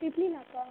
Piplinaka